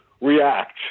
react